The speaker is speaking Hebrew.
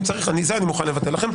אם צריך אני מוכן לבטל לכם,